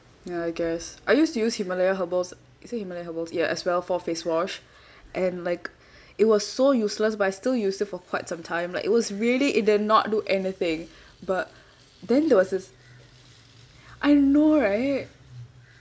ya I guess I used to use Himalaya herbals is it Himalaya herbals ya as well for face wash and like it was so useless but I still use it for quite some time like it was really it did not do anything but then there was this I know right